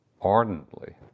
ardently